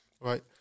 right